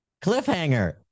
cliffhanger